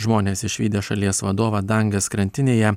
žmonės išvydę šalies vadovą dangės krantinėje